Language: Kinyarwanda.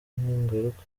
ningaruka